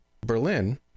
Berlin